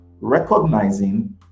recognizing